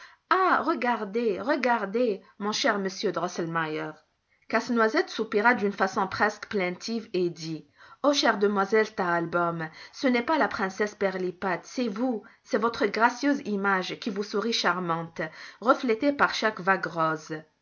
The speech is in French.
ah regardez regardez mon cher monsieur drosselmeier casse-noisette soupira d'une façon presque plaintive et dit ô chère demoiselle stahlbaûm ce n'est pas la princesse pirlipat c'est vous c'est votre gracieuse image qui vous sourit charmante reflétée par chaque vague rose